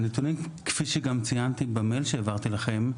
כפי שגם ציינתי במייל שהעברתי לכם,